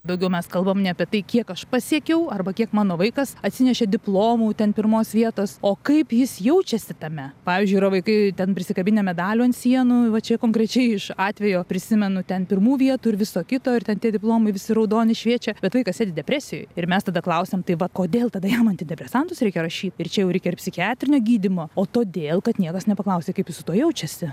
daugiau mes kalbam ne apie tai kiek aš pasiekiau arba kiek mano vaikas atsinešė diplomų ten pirmos vietos o kaip jis jaučiasi tame pavyzdžiui yra vaikai ten prisikabinę medalių ant sienų va čia konkrečiai iš atvejo prisimenu ten pirmų vietų ir viso kito ir ten tie diplomai visi raudoni šviečia bet vaikas sėdi depresijoj ir mes tada klausiam tai va kodėl tada jam antidepresantus reikia rašy ir čia jau reikia ir psichiatrinio gydymo o todėl kad niekas nepaklausė kaip jis su tuo jaučiasi